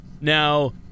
Now